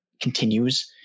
continues